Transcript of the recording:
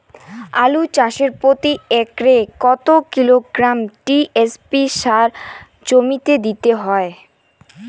আলু চাষে প্রতি একরে কত কিলোগ্রাম টি.এস.পি সার জমিতে দিতে হয়?